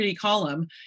Column